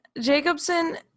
Jacobson